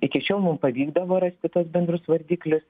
iki šiol mum pavykdavo rasti tuos bendrus vardiklius